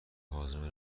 هاضمه